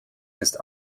ist